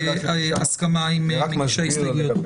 בהסכמה עם מגישי ההסתייגויות.